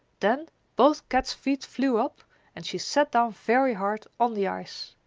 then both kat's feet flew up and she sat down very hard, on the ice.